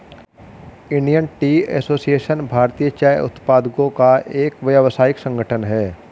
Indian tea association भारतीय चाय उत्पादकों का एक व्यावसायिक संगठन है